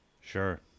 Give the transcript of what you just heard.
sure